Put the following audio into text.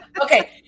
Okay